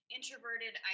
introverted